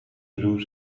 ruw